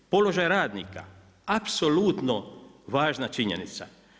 Položaj radnika, apsolutno važna činjenica.